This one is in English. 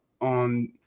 on